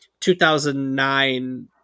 2009